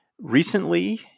recently